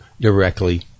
directly